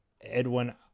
Edwin